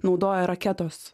naudoja raketos